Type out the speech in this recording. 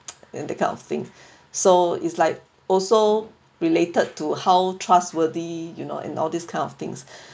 and the kind of thing so is like also related to how trustworthy you know and all these kind of things